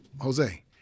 Jose